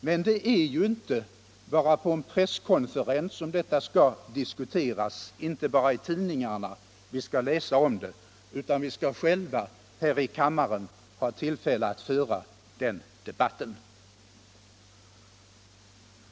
Men det är inte bara på en presskonferens som detta skall diskuteras och inte bara i tidningarna vi skall läsa om det, utan vi skall själva här i kammaren ha tillfälle att föra den debatten.